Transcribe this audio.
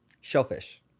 Shellfish